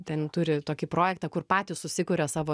ten turi tokį projektą kur patys susikuria savo